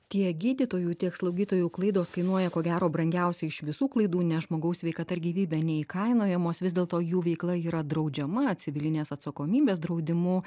tiek gydytojų tiek slaugytojų klaidos kainuoja ko gero brangiausiai iš visų klaidų nes žmogaus sveikata ir gyvybė neįkainojamos vis dėlto jų veikla yra draudžiama civilinės atsakomybės draudimu